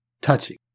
touching